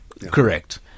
Correct